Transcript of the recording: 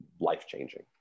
life-changing